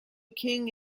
king